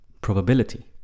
probability